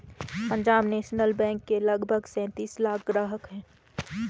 Punjab National Bank के लगभग सैंतीस लाख ग्राहक हैं